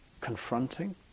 confronting